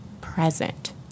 present